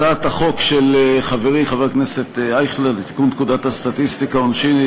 הצעת החוק של חברי חבר הכנסת אייכלר לתיקון פקודת הסטטיסטיקה (עונשין),